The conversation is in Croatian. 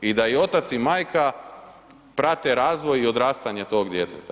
I da i otac i majka prate razvoj i odrastanje tog djeteta.